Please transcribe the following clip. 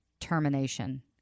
termination